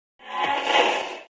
Hey